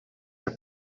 are